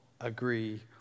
agree